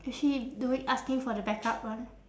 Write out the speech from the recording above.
is she doing asking for the backup one